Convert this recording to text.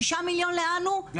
שישה מיליון שקלים